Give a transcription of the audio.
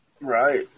Right